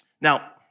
Now